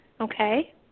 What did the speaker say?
Okay